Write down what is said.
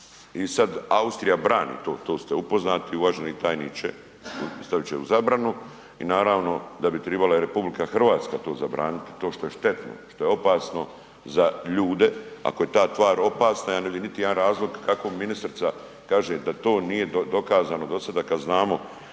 I sad Austrija brani, to ste upoznati uvaženi tajniče, stavit ćeju zabranu i naravno da bi tribala i RH to zabraniti, to što je štetno, što je opasno za ljude. Ako je ta tvar opasna ja ne vidim niti jedan razlog kako ministrica kaže da to nije dokazano do sada kad znamo